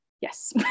yes